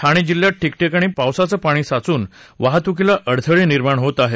ठाणे जिल्ह्यात ठिकठिकाणी पावसाचं पाणी साचून वाहतुकीला अडथळे निर्माण होत आहेत